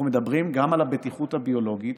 אנחנו מדברים גם על הבטיחות הביולוגית,